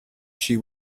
she